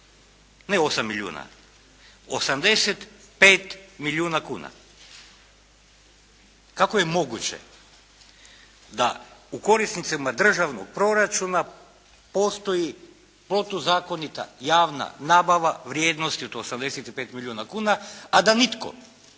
Ne 8 milijuna, 85 milijuna kuna. Kako je moguće da u korisnicima državnog proračuna postoji protuzakonita javna nabava vrijednosti od 85 milijuna kuna, a da nitko,